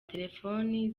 telefoni